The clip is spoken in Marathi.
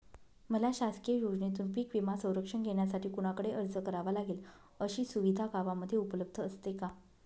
मला शासकीय योजनेतून पीक विमा संरक्षण घेण्यासाठी कुणाकडे अर्ज करावा लागेल? अशी सुविधा गावामध्ये उपलब्ध असते का?